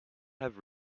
have